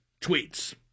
tweets